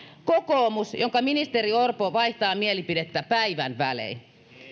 kokoomus jonka ministeri orpo vaihtaa mielipidettä päivän välein